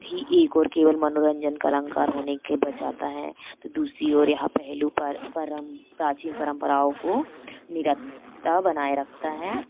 भी एक ओर केवल मनोरंजन का अलंकार होने के बचाता है तो दूसरी ओर यह पहलू पर परम प्राचीन परम्पराओं को निरंतर बनाए रखता है